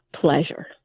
pleasure